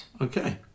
Okay